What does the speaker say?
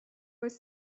was